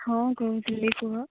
ହଁ କହୁଥିଲି କୁହ